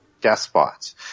despots